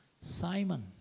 Simon